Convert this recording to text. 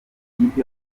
muri